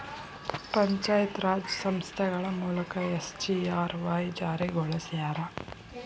ಪಂಚಾಯತ್ ರಾಜ್ ಸಂಸ್ಥೆಗಳ ಮೂಲಕ ಎಸ್.ಜಿ.ಆರ್.ವಾಯ್ ಜಾರಿಗೊಳಸ್ಯಾರ